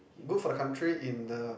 good for the country in the